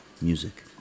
music